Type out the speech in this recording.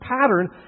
pattern